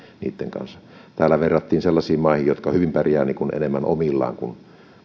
niitten kanssa täällä verrattiin suomea sellaisiin maihin jotka hyvin pärjäävät enemmän omillaan kun